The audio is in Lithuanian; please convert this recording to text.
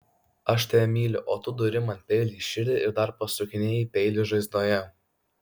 aš tave myliu o tu duri man peiliu į širdį ir dar pasukinėji peilį žaizdoje